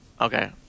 Okay